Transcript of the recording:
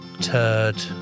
turd